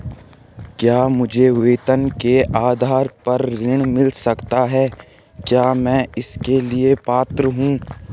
क्या मुझे वेतन के आधार पर ऋण मिल सकता है क्या मैं इसके लिए पात्र हूँ?